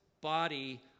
body